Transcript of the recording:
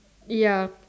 ya